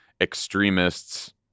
extremists